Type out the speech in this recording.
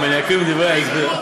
אם אני אקריא מדברי ההסבר,